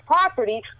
property